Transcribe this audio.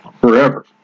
forever